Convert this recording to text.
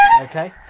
okay